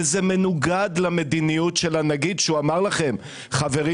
וזה מנוגד למדיניות של הנגיד שהוא אמר לכם: חברים,